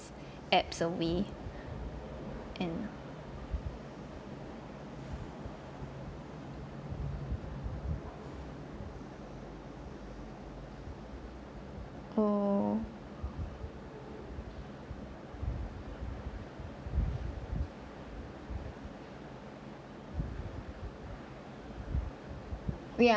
ebbs away and oo ya